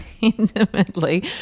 Intimately